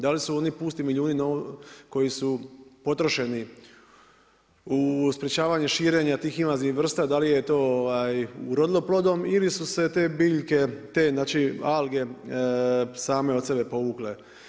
Da li su oni pusti milijuni koji su potrošeni u sprečavanju širenja tih invazivnih vrsta, da li je to urodilo plodom ili su se te biljke, te znači alge same od sebe povukle?